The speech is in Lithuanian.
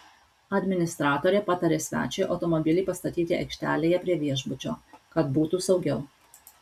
administratorė patarė svečiui automobilį pastatyti aikštelėje prie viešbučio kad būtų saugiau